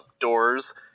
doors